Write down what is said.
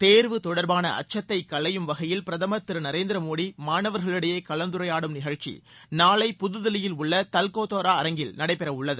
தேர்வு தொடர்பான அச்சத்தைக் களையும் வகையில் பிரதமர் திரு நரேந்திர மோடி மாணவர்களிடையே கலந்துரையாடும் நிகழ்ச்சி நாளை புதுதில்லியில் உள்ள தால்கத்தோரா அரங்கில் நடைபெறவுள்ளது